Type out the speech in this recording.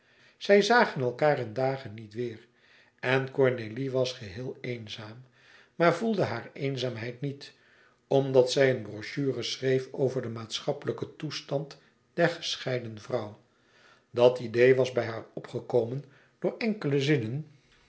zij zagen elkaâr in dagen niet weêr en cornélie was geheel eenzaam maar voelde hare eenzaamheid niet omdat zij een brochure schreef over den maatschappelijken toestand der gescheiden vrouw dat idee was bij haar opgekomen door enkele zinnen